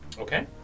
Okay